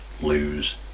lose